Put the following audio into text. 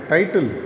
Title